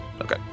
Okay